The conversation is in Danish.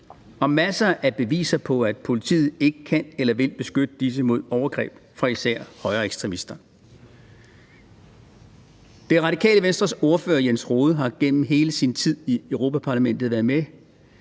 er masser af beviser på, at politiet ikke kan eller vil beskytte disse mod overgreb fra især højreekstremister. Det Radikale Venstres ordfører Jens Rohde har gennem hele sin tid i Europa-Parlamentet været med